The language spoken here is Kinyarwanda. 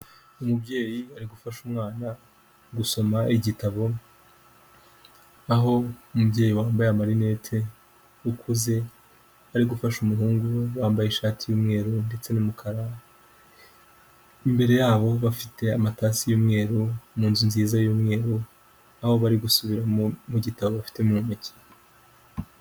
Umubyeyi ari gufasha umwana gusoma igitabo, aho umubyeyi wambaye amarinete ukuze ari gufasha umuhungu we, bambaye ishati y'umweru ndetse n'umukara imbere yabo bafite amatasi y'umweru, mu nzu nziza y'umweru aho bari gusubiramo mu gitabo bafite mu ntoki.